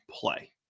play